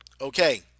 Okay